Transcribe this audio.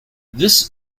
this